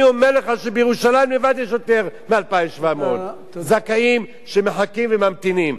אני אומר לך שבירושלים לבד יש יותר מ-2,700 זכאים שמחכים וממתינים.